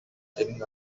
selling